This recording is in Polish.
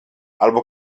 albo